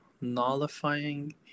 nullifying